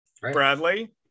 bradley